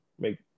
make